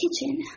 kitchen